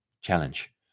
challenge